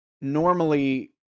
normally